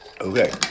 Okay